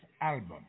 album